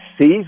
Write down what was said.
sees